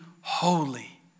holy